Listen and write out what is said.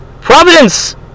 Providence